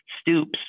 Stoops